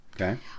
Okay